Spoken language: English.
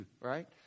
Right